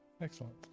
Excellent